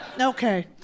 Okay